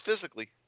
physically